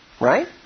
Right